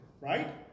right